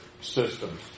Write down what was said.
systems